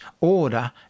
order